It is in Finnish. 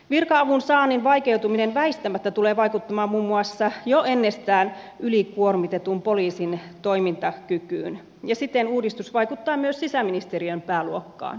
virka avun saannin vaikeutuminen väistämättä tulee vaikuttamaan muun muassa jo ennestään ylikuormitetun poliisin toimintakykyyn ja siten uudistus vaikuttaa myös sisäministeriön pääluokkaan